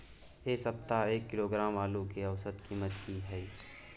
ऐ सप्ताह एक किलोग्राम आलू के औसत कीमत कि हय?